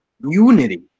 unity